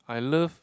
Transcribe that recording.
I love